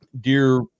dear